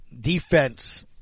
defense –